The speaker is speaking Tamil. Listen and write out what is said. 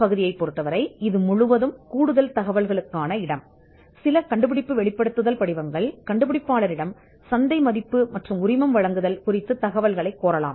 பகுதி D இது முற்றிலும் கூடுதல் தகவல் என்று நீங்கள் கேட்கலாம் இது சில வெளிப்படுத்தல் படிவங்கள் கண்டுபிடிப்பாளர் சந்தை மதிப்பீடு மற்றும் உரிமத்திலிருந்து கோரலாம்